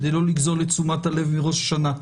כדי לא לגזול את תשומת הלב מראש השנה,